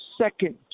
second